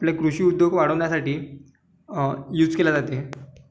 आपले कृषी उद्योग वाढवण्यासाठी यूज केल्या जाते